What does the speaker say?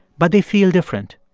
but they feel different.